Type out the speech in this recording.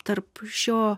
tarp šio